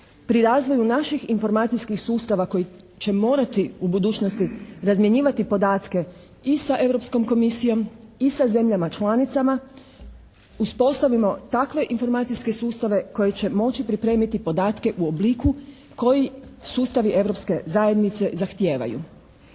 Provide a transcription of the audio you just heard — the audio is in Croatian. pri razvoju naših informacijskih sustava koji će morati u budućnosti razmjenjivati podatke i sa Europskom komisijom i sa zemljama članicama uspostavimo takve informacijske sustave koji će moći pripremiti podatke u obliku koji sustavi Europske zajednice zahtijevaju.